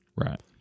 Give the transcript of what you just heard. Right